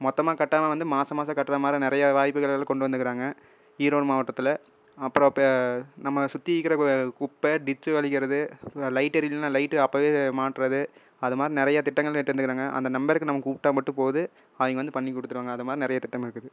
மொத்தமாக கட்டாமல் வந்து மாதம் மாதம் கட்டுற மாதிரி நிறையா வாய்ப்புகளெல்லாம் கொண்டு வந்திக்குறாங்க ஈரோடு மாவட்டத்தில் அப்பறம் ப நம்மள சுற்றி இருக்குற குப்பை டிச்சு வளிக்கிறது லைட்டு எரியலன்னா லைட்டு அப்போவே மாட்டுகிறது அதை மாதிரி நிறைய திட்டங்கள் இட்டு வந்துருக்குறாங்க அந்த நம்பருக்கு நம்ம கூப்பிட்டா மட்டும் போதும் அவங்க வந்து பண்ணி கொடுத்துருவாங்க அதை மாதிரி நிறைய திட்டமிருக்குது